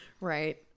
Right